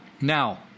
Now